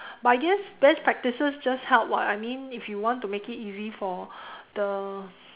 but I guess best practices just help [what] I mean if you want to make it easy for the